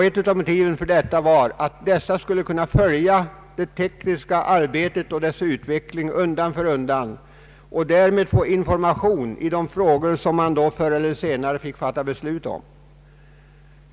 Ett av motiven för detta var att dessa skulle kunna följa det tekniska arbetet och dess utveckling undan för undan och därmed få information i de frågor som man då förr eller senare fick fatta beslut om.